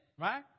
right